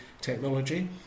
technology